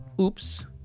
Oops